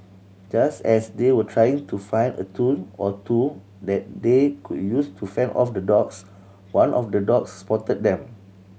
just as they were trying to find a tool or two that they could use to fend off the dogs one of the dogs spotted them